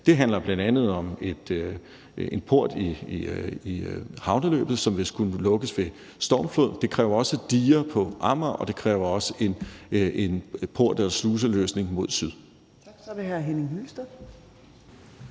Det handler bl.a. om en port i havneløbet, som vil skulle lukkes ved stormflod, og det kræver også diger på Amager, og det kræver også en port- eller sluseløsning mod syd.